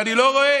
ואני לא רואה